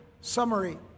summary